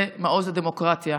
זה מעוז הדמוקרטיה.